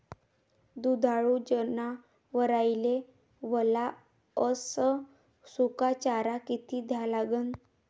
दुधाळू जनावराइले वला अस सुका चारा किती द्या लागन?